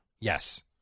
Yes